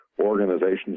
organizations